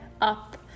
up